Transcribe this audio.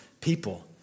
people